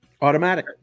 Automatic